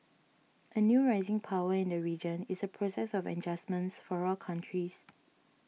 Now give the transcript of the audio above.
a new rising power in the region is a process of adjustment for all countries